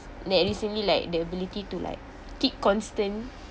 that recently like the ability to like keep constant